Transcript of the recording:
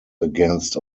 against